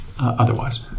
otherwise